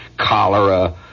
cholera